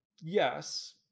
Yes